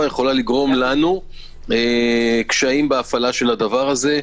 יכולה לגרום לנו קשיים בהפעלת הדבר הזה.